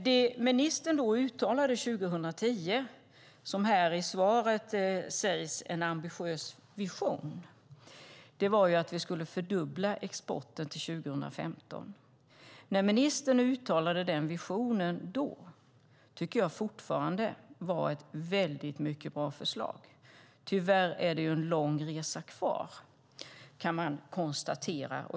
Det ministern uttalade 2010 och som i svaret sägs vara en ambitiös vision var att vi skulle fördubbla exporten till 2015. Ministern uttryckte denna vision 2010, och jag tycker fortfarande att det var ett väldigt bra förslag. Tyvärr är det en lång resa kvar, kan man konstatera.